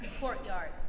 courtyard